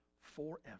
forever